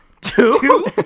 two